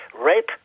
rape